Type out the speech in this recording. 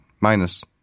minus